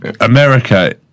America